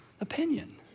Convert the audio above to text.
opinion